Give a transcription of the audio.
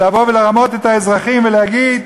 לבוא ולרמות את האזרחים ולהגיד: